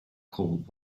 called